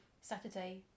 Saturday